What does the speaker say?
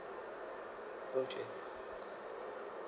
okay